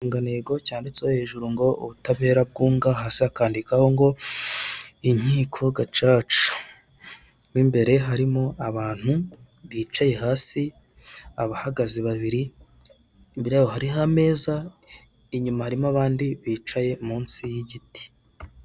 Ikirangantego cyanditse hejuru ngo ubutabera bwunga, hasi hakandikwaho ngo inkiko gacaca. Mo imbere harimo abantu bicaye hasi, abahagaze babiri, imbere yaho hariho ameza, inyuma harimo abandi bicaye munsi y'igiti.